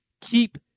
keep